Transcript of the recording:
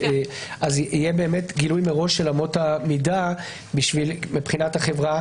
באמת יהיה גילוי מראש של אמות המידה מבחינת החברה